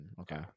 Okay